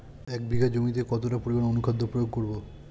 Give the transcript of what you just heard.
এক বিঘা জমিতে কতটা পরিমাণ অনুখাদ্য প্রয়োগ করব?